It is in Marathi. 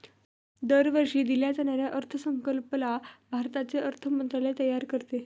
दरवर्षी दिल्या जाणाऱ्या अर्थसंकल्पाला भारताचे अर्थ मंत्रालय तयार करते